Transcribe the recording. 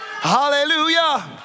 hallelujah